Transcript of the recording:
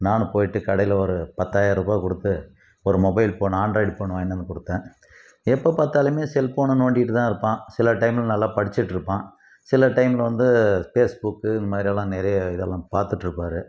நானும் போயிட்டு கடையில் ஒரு பத்தாயிரம் ரூபாய் கொடுத்து ஒரு மொபைல் ஃபோனு ஆன்ட்ராய்டு ஃபோனு வாங்கினு வந்து கொடுத்தேன் எப்போ பார்த்தாலுமே செல்ஃபோனை நோண்டிட்டு தான் இருப்பான் சில டைமில் நல்லா படித்துட்டு இருப்பான் சில டைமில் வந்து ஃபேஸ்புக் இந்த மாதிரியெல்லாம் நிறைய இதெல்லாம் பார்த்துட்டு இருப்பார்